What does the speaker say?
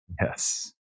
Yes